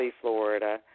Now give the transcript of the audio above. Florida